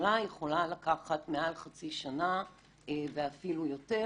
בממשלה יכולה לקחת מעל חצי שנה ואפילו יותר,